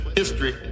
history